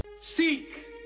Seek